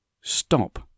stop